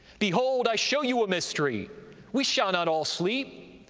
behold, i show you a mystery we shall not all sleep,